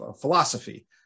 philosophy